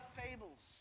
fables